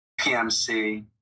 PMC